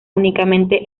únicamente